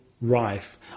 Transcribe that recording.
rife